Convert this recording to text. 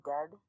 Dead